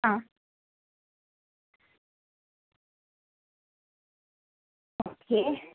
ആ ഓക്കെ